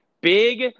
big